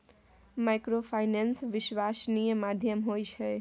Microfinance विश्वासनीय माध्यम होय छै?